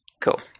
Cool